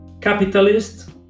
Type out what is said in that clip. Capitalist